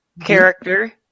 character